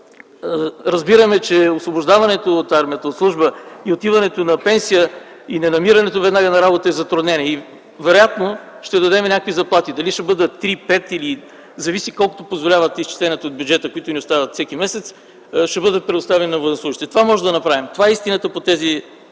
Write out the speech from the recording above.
разбираме, че освобождаването от армията, от служба и отиването в пенсия и ненамирането веднага на работа е затруднение. Вероятно ще дадем някакви заплати – дали ще бъдат 3, 5 или повече, зависи колко позволяват изчисленията от бюджета, които ни остават всеки месец, ще бъдат предоставени на военнослужещите. Това можем да направим. Това е истината по тези